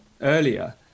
earlier